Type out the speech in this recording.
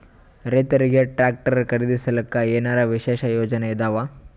ರೈತರಿಗೆ ಟ್ರಾಕ್ಟರ್ ಖರೀದಿಸಲಿಕ್ಕ ಏನರ ವಿಶೇಷ ಯೋಜನೆ ಇದಾವ?